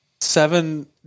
seven